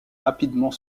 rapidement